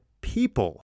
people